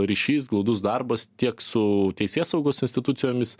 ryšys glaudus darbas tiek su teisėsaugos institucijomis